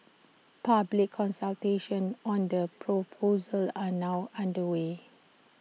public consultations on the proposals are now underway